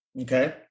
Okay